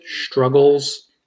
struggles